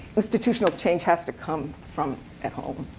institutional change has to come from at home.